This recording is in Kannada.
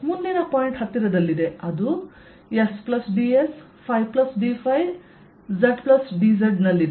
ಮುಂದಿನ ಪಾಯಿಂಟ್ ಹತ್ತಿರದಲ್ಲಿದೆ ಅದು S dS ϕ dϕ z dz ನಲ್ಲಿದೆ